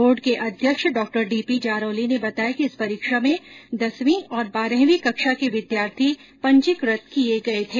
board को अध्यक्ष डॉ डी पी जारोली ने बताया कि इस परीक्षा में दसवीं और बारहवीं कक्षा के विद्यार्थी पंजीकृत किये गये थे